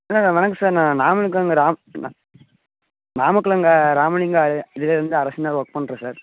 ஆ வணக்கம் சார் நான் நாமக்கல் ராம் ந நாமக்கல் அங்கே ராமலிங்கம் அ இதிலேருந்து அரசு ஒர்க் பண்ணுறேன் சார்